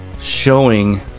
showing